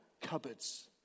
cupboards